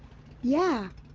yeah,